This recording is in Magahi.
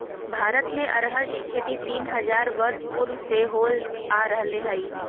भारत में अरहर के खेती तीन हजार वर्ष पूर्व से होल आ रहले हइ